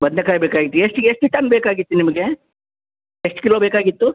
ಬದನೆ ಕಾಯಿ ಬೇಕಾಗಿತ್ತು ಎಷ್ಟು ಎಷ್ಟು ಟನ್ ಬೇಕಾಗಿತ್ತು ನಿಮಗೆ ಎಷ್ಟು ಕಿಲೋ ಬೇಕಾಗಿತ್ತು